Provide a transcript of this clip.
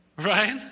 Right